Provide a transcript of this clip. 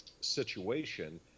situation